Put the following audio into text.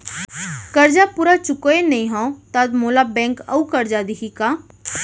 करजा पूरा चुकोय नई हव त मोला बैंक अऊ करजा दिही का?